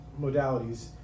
modalities